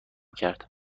کرد